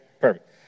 Perfect